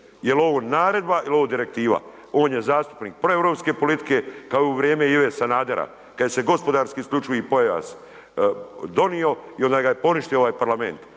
je li ovo naredba ili je ovo direktiva. On je zastupnik proeuropske politike kao u vrijeme Ive Sanadera, kada se gospodarski isključivi pojas donio i onda ga je poništio ovaj Parlament.